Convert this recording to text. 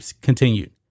continued